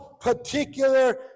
particular